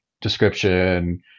description